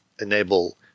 enable